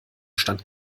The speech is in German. stand